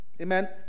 Amen